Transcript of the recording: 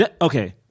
Okay